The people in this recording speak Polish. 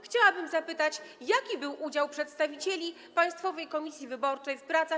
Chciałabym zapytać, jaki był udział przedstawicieli Państwowej Komisji Wyborczej w pracach.